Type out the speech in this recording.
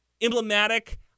emblematic